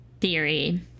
theory